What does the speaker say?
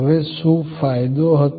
હવે શું ફાયદો હતો